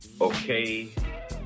Okay